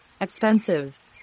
Expensive